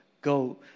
go